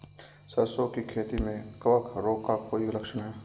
सरसों की खेती में कवक रोग का कोई लक्षण है?